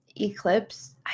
eclipse